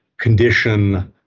condition